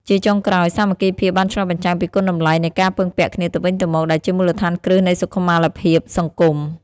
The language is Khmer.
ជាចុងក្រោយ សាមគ្គីភាពបានឆ្លុះបញ្ចាំងពីគុណតម្លៃនៃការពឹងពាក់គ្នាទៅវិញទៅមក ដែលជាមូលដ្ឋានគ្រឹះនៃសុខុមាលភាពសង្គម។